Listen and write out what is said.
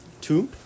two